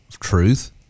truth